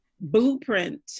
blueprint